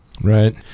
Right